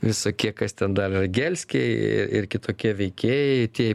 visokie kas ten dar yra gelskiai ir ir kitokie veikėjai tie